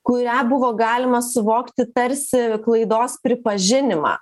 kurią buvo galima suvokti tarsi klaidos pripažinimą